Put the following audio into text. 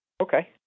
Okay